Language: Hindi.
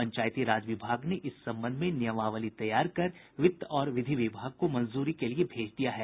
पंचायती राज विभाग ने इस संबंध में नियमावली तैयार कर वित्त और विधि विभाग को मंजूरी के लिए भेज दिया है